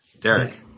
Derek